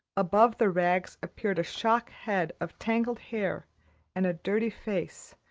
above the rags appeared a shock head of tangled hair and a dirty face,